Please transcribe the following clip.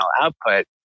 output